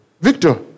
Victor